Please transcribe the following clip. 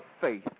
faith